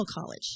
college